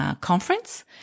conference